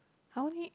I only